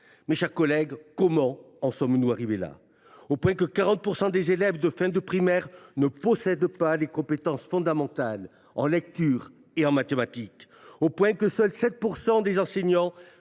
Mes chers collègues, comment en sommes nous arrivés là, au point que 40 % des élèves de fin de primaire ne possèdent pas les compétences fondamentales en lecture et en mathématiques ? Comment en sommes nous